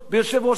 לדוגמה,